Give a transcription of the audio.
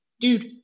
dude